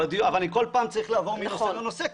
אני כל פעם צריך לעבור מנושא לנושא,